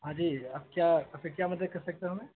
ہاں جی آپ کیا آپ سے کیا مدد کر سکتا ہوں میں